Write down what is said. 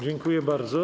Dziękuję bardzo.